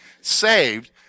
saved